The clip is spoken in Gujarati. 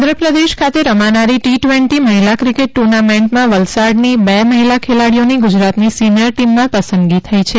આંધ્ર પ્રદેશ ખાતે રમાનારી ટી ટ્વેન્ટી મહિલા ક્રિકેટ ટુર્નામેન્ટમાં વલસાડની બે મહિલા ખેલાડીઓની ગુજરાતની સિનિયર ટીમમાં પસંદગી થઈ છે